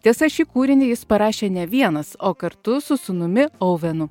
tiesa šį kūrinį jis parašė ne vienas o kartu su sūnumi ouvenu